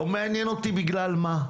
לא מעניין אותי בגלל מה,